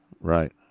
Right